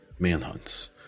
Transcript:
manhunts